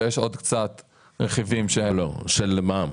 ויש עוד קצת רכיבים שהם --- של מע"מ?